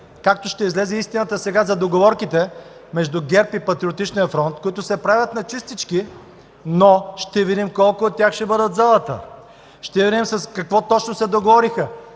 Както ще излезе истината сега за договорките между ГЕРБ и Патриотичния фронт, които се правят на чистички, но ще видим колко от тях ще бъдат в залата. Ще видим за какво точно се договориха.